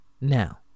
Now